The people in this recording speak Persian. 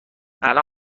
الان